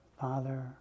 father